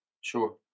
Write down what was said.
Sure